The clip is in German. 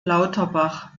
lauterbach